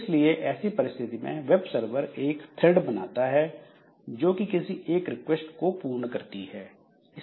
इसलिए ऐसी परिस्थिति में वेब सर्वर एक थ्रेड बनाता है जो कि किसी एक रिक्वेस्ट को पूर्ण करती है